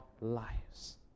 lives